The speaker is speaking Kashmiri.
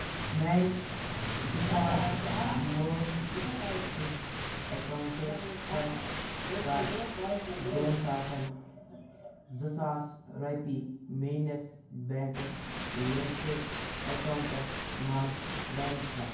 میٛانہِ ڈفالٹہٕ موبی کُک اکاونٛٹہٕ پیٚٹھ کَر دۅن ساسَن زٕ ساس رۄپیہِ میٛٲنِس بینکَس لِنکٕڈ اکاونٹَس مَنٛز ٹرٛانٕسفر